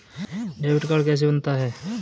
Debit card कैसे बनता है?